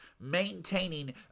maintaining